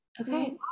Okay